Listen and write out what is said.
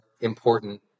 important